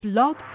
Blog